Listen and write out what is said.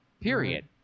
period